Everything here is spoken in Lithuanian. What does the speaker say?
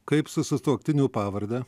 kaip su sutuoktinių pavarde